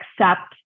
accept